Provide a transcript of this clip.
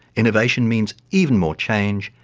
innovation means even more change,